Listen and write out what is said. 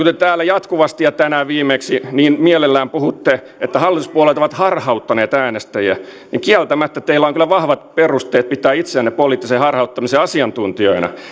te täällä jatkuvasti ja tänään viimeksi niin mielellänne puhutte että hallituspuolueet ovat harhauttaneet äänestäjiä niin kieltämättä teillä on kyllä vahvat perusteet pitää itseänne poliittisen harhauttamisen asiantuntijoina